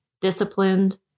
disciplined